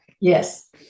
Yes